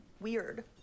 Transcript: weird